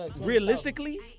realistically